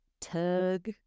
Tug